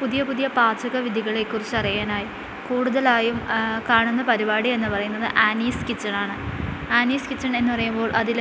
പുതിയ പുതിയ പാചകവിദ്യകളെക്കുറിച്ച് അറിയാനായി കൂടുതലായും കാണുന്ന പരുപാടി എന്ന് പറയുന്നത് ആനീസ് കിച്ചണാണ് ആനീസ് കിച്ചൺ എന്ന് പറയുമ്പോൾ അതിൽ